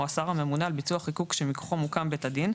השר הממונה על ביצוע החיקוק שמכוחו מוקם בית דין,